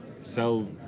sell